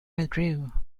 withdrew